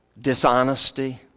dishonesty